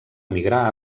emigrar